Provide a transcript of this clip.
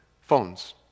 Phones